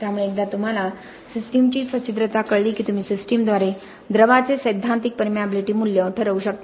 त्यामुळे एकदा तुम्हाला सिस्टीमची सच्छिद्रता कळली की तुम्ही सिस्टीमद्वारे द्रवाचे सैद्धांतिक परमियाबीलिटी मूल्य ठरवू शकता